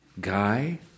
guy